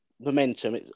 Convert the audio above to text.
momentum